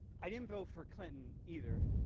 i didn't vote for clinton, either.